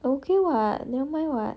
okay [what] never mind [what]